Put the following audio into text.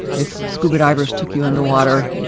if scuba divers took you underwater,